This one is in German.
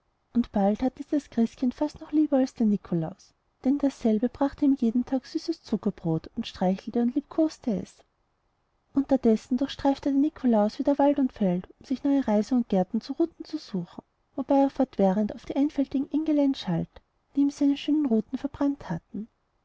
und bald hatte es das christkind fast noch lieber als den nikolaus denn dasselbe brachte ihm jeden tag süßes zuckerbrot und streichelte und liebkoste es unterdessen durchstreifte der nikolaus wieder wald und feld um sich neue reiser und gerten zu ruten zu suchen wobei er fortwährend auf die einfältigen engelein schalt die ihm seine schönen ruten verbrannt hatten